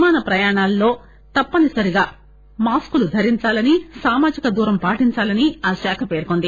విమాన ప్రయాణాల్లో తప్పనిసరిగా మాస్కులు ధరించాలని సామాజిక దూరాన్ని పాటించాలని ఆ శాఖ పేర్కొంది